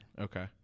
Okay